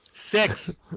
six